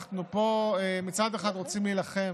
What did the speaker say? אנחנו מצד אחד רוצים להילחם